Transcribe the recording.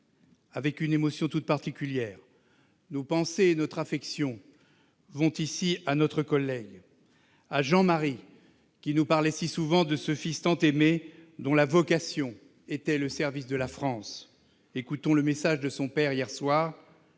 Avec une émotion toute particulière, nos pensées et notre affection vont ici à notre collègue, Jean-Marie, qui nous parlait si souvent de ce fils tant aimé, dont la vocation était le service de la France. Écoutons le message de son père, hier soir